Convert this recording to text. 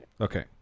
okay